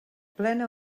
plena